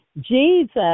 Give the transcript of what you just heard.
Jesus